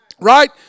right